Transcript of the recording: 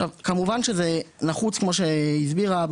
כמובן שזה נחוץ כמו שהיא הסבירה,